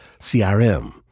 CRM